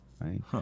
Right